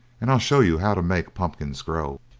and i'll show you how to make pumpkins grow.